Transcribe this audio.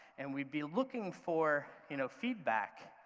and we'd be looking for you know feedback.